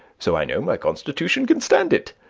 so i know my constitution can stand it.